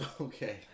Okay